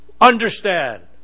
understand